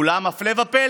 אולם, הפלא ופלא,